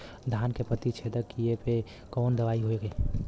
धान के पत्ती छेदक कियेपे कवन दवाई होई?